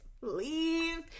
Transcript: leave